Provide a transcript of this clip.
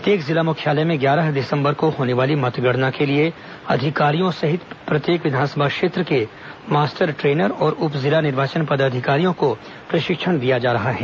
प्रत्येक जिला मुख्यालय में ग्यारह दिसंबर को होने वाली मतगणना के लिए अधिकारियों सहित प्रत्येक विधानसभा क्षेत्र के मास्टर ट्रेनर और उप जिला निर्वाचन पदाधिकारियों को प्रशिक्षण दिया जा रहा है